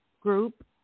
group